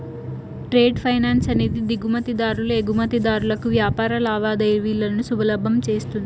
trade finance అనేది దిగుమతి దారులు ఎగుమతిదారులకు వ్యాపార లావాదేవీలను సులభం చేస్తది